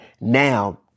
now